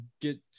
get